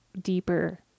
deeper